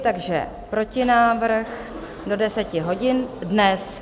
Takže protinávrh do 10 hodin dnes.